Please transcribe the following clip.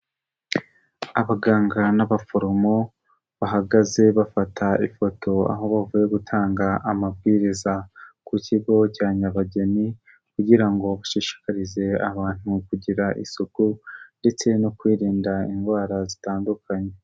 Abaganga n'abaforomo bahagaze bafata ifoto, aho bavuye gutanga amabwiriza ku kigo cya Nyabageni kugira ngo bashishikarize abantu kugira isuku ndetse no kwirinda indwara zitandukanye.